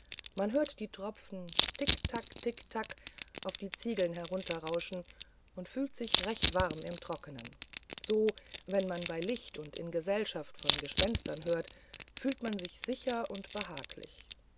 man hört die tropfen tick tack tick tack auf die ziegel herunterrauschen und fühlt sich recht warm im trockenen so wenn man bei licht und in gesellschaft von gespenstern hört fühlt man sich sicher und behaglich